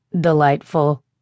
Delightful